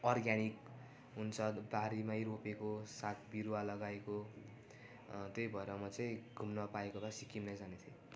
organic हुन्छ बारीमै रोपेको साग बिरुवा लगाएको त्यही भएर म चाहिँ घुम्न पाएको भए सिक्किमै जाने थिएँ